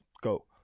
go